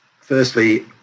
Firstly